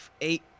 eight